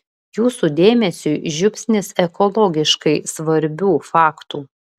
jūsų dėmesiui žiupsnis ekologiškai svarbių faktų